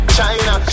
China